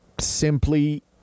simply